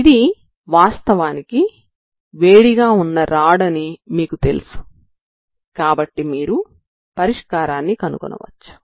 ఇది వేడిగా వున్న రాడ్ అని మీకు తెలుసు కాబట్టి మీరు పరిష్కారాన్ని కనుగొనవచ్చు